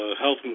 health